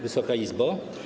Wysoka Izbo!